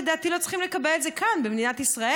לדעתי לא צריכים לקבל את זה כאן במדינת ישראל.